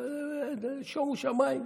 שומו שמיים.